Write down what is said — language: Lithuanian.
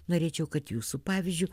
norėčiau kad jūsų pavyzdžiu